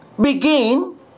begin